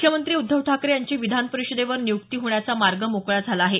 मुख्यमंत्री उद्धव ठाकरे यांची विधान परिषदेवर नियुक्ती होण्याचा मार्ग मोकळा झाला आहे